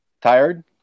Tired